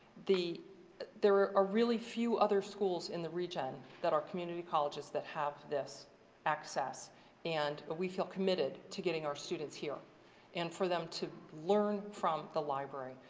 there are ah really few other schools in the region that are community colleges that have this access and we feel committed to getting our students here and for them to learn from the library,